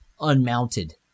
Unmounted